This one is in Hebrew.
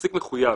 המעסיק מחויב.